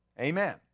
Amen